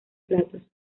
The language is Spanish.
platos